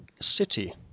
city